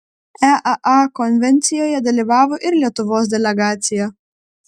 eaa konvencijoje dalyvavo ir lietuvos delegacija